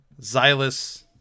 Xylus